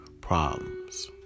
problems